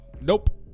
Nope